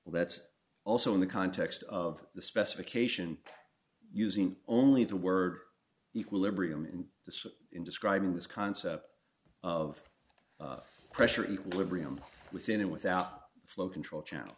well that's also in the context of the specification using only the word equilibrium and the so in describing this concept of pressure equilibrium within and without flow control channel